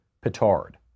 petard